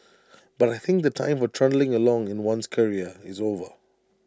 but I think the time for trundling along in one's career is over